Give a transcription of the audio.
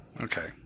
Okay